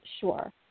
sure